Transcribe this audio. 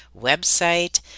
website